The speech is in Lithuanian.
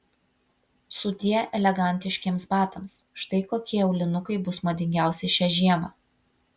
sudie elegantiškiems batams štai kokie aulinukai bus madingiausi šią žiemą